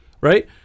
right